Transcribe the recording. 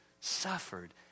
suffered